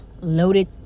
Loaded